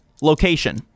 location